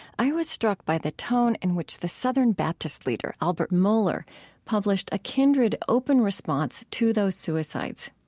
i was struck by the tone in which the southern baptist leader albert mohler published a kindred open response to those suicides.